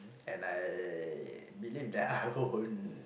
and I believe that I won't